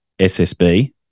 SSB